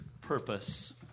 purpose